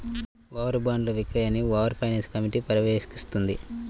war బాండ్ల విక్రయాన్ని war finance committee పర్యవేక్షిస్తుంది